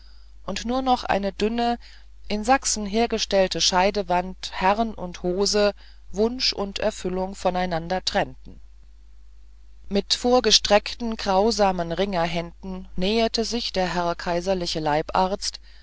und nur noch eine dünne in sachsen hergestellte scheidewand herrn und hosen wunsch und erfüllung voneinander trennten mit vorgestreckten grausamen ringerhänden näherte sich der herr kaiserliche leibarzt